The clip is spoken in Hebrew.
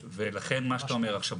ולכן מה שאתה אומר עכשיו,